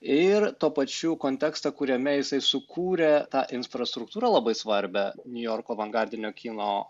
ir tuo pačiu kontekstą kuriame jisai sukūrė tą infrastruktūrą labai svarbią niujorko avangardinio kino